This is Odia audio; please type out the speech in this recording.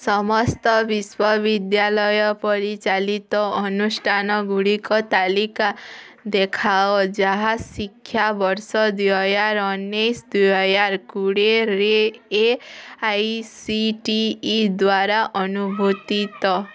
ସମସ୍ତ ବିଶ୍ୱବିଦ୍ୟାଳୟ ପରିଚାଲିତ ଅନୁଷ୍ଠାନଗୁଡ଼ିକ ତାଲିକା ଦେଖାଅ ଯାହା ଶିକ୍ଷାବର୍ଷ ଦୁଇହଜାର ଉନେଇଶ ଦୁଇହଜାର କୋଡ଼ିଏରେ A I C T E ଦ୍ଵାରା ଅନୁମୋଦିତ